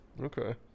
Okay